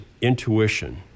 intuition